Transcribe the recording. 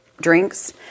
drinks